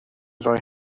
roi